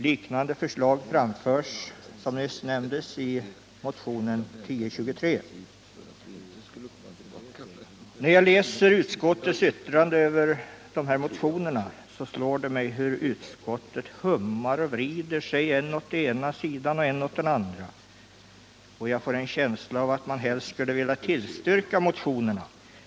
Liknande förslag framförs, som nyss nämnts, i motionen 1023. När jag läser utskottets yttrande över de här motionerna, slår det mig hur utskottet hummar och vrider sig än åt den ena sidan och än åt den andra, och jag får en känsla av att man helst skulle ha velat tillstyrka motionerna.